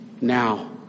now